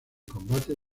combates